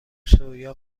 سویا